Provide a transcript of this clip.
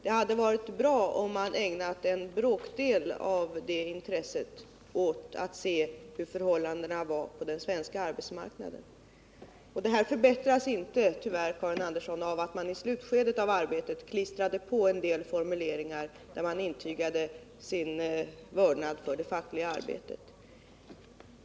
Det hade varit bra om man ägnat en bråkdel av det intresset åt att se på förhållandena på den svenska arbetsmarknaden. Detta förbättras tyvärr inte av att man i slutskedet av arbetet klistrade på några formuleringar där man intygade sin vördnad för det fackliga arbetet.